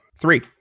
Three